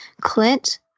Clint